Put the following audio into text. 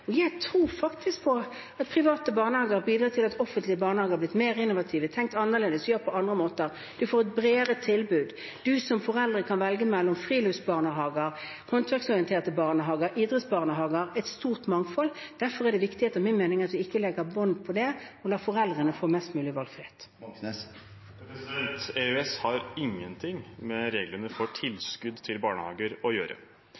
og jeg tror på at private barnehager bidrar til at offentlige barnehager har blitt mer innovative, har tenkt annerledes, gjør det på andre måter. Vi får et bredere tilbud. Vi som foreldre kan velge mellom friluftsbarnehager, håndverksorienterte barnehager, idrettsbarnehager – et stort mangfold. Derfor er det viktig, etter min mening, at vi ikke legger bånd på det, men lar foreldrene få mest mulig valgfrihet. EØS har ingenting med reglene for tilskudd til barnehager å gjøre.